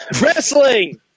Wrestling